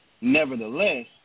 Nevertheless